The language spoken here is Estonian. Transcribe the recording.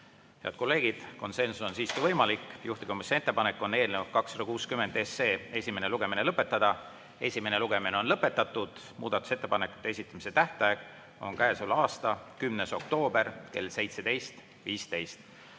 Head kolleegid, konsensus on siiski võimalik. Juhtivkomisjoni ettepanek on eelnõu 260 esimene lugemine lõpetada. Esimene lugemine on lõpetatud. Muudatusettepanekute esitamise tähtaeg on käesoleva aasta 10. oktoober kell 17.15.